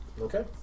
Okay